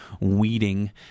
weeding